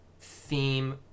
theme